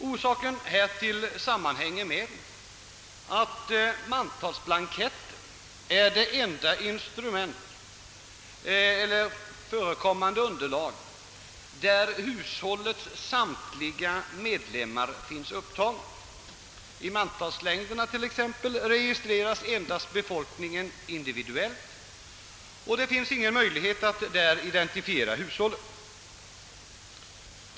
Detta beror bl.a. på att mantalsblanketterna är det enda underlaget för uppgifter om hushållens samtliga medlemmar. I mantalslängderna t.ex. registreras befolkningen endast individuelit, och det finns alltså ingen möjlighet att där identifiera hushållen.